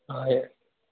हय